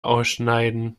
ausschneiden